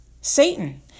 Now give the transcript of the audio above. Satan